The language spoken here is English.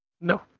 No